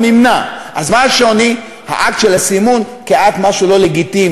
העולם שונא את ישראל לא בגלל מה שהארגונים מפרסמים.